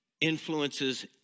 influences